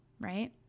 right